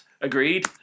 Agreed